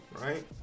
right